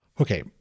okay